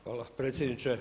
Hvala predsjedniče.